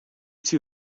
two